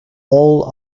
all